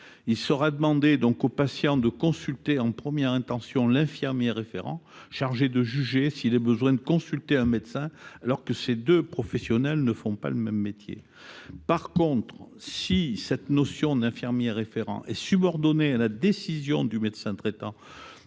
Il sera demandé aux patients de consulter en première intention l’infirmier référent, chargé de juger s’il est nécessaire de consulter un médecin, alors que ces deux professionnels ne font pas le même métier. Si la désignation d’un infirmier référent est subordonnée à la décision du médecin traitant